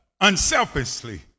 unselfishly